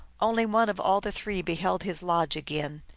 only one of all the three beheld his lodge again.